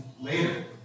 later